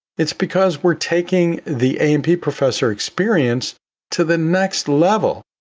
it's because we're taking the a and p professor experience to the next level,